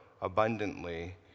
abundantly